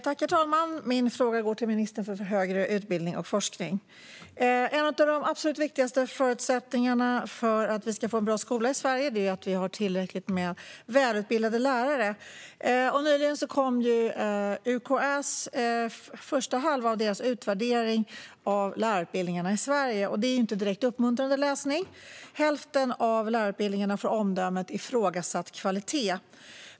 Herr talman! Min fråga går till ministern för högre utbildning och forskning. En av de absolut viktigaste förutsättningarna för att vi ska få en bra skola i Sverige är att vi har tillräckligt med välutbildade lärare. Nyligen kom första halvan av UKÄ:s utvärdering av lärarutbildningarna i Sverige, och det är inte en direkt uppmuntrande läsning. Hälften av lärarutbildningarna får omdömet ifrågasatt kvalitet.